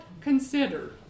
consider